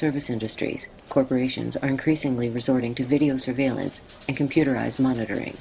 service industries corporations are increasingly resorting to video surveillance and computerized monitoring